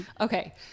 Okay